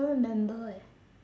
don't remember eh